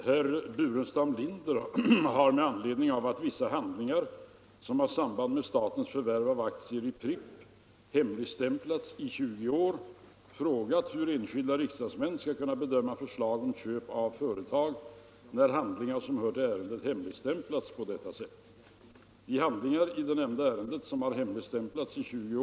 Handlingar som upprättats i samband med statens förvärv av Pripps har delvis hemligstämplats i 20 år och redovisas därför inte i proposition 1975:7.